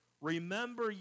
Remember